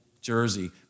jersey